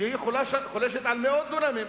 שהיא חולשת על מאות דונמים.